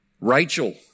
Rachel